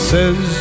Says